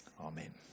Amen